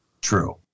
True